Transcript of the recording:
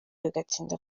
bigatinda